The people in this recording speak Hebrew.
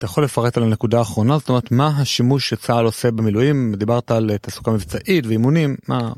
אתה יכול לפרט על הנקודה האחרונה, זאת אומרת מה השימוש שצהל עושה במילואים, דיברת על תעסוקה מבצעית ואימונים, מה...